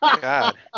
God